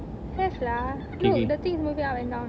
have lah look the thing is moving up and down